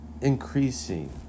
increasing